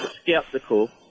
skeptical